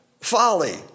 folly